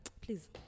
please